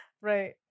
right